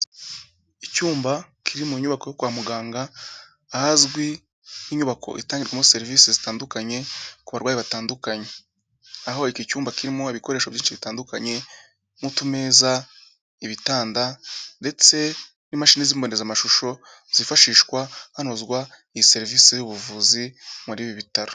Icyumba kiri mu nyubako kwa muganga, ahazwi nk'inyubako itangirwamo serivisi zitandukanye, ku barwayi batandukanye, aho iki cyumba kirimo ibikoresho byinshi bitandukanye, nk'utu meza, ibitanda, ndetse n'imashini z'imbonezamashusho zifashishwa hanozwa iyi serivisi y'ubuvuzi muri ibi bitaro.